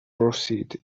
proceed